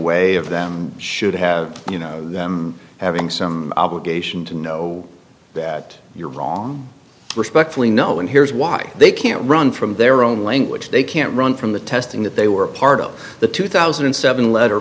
way of them should have you know them having some obligation to know that you're wrong respectfully no and here's why they can't run from their own language they can't run from the testing that they were part of the two thousand and seven letter